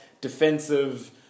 Defensive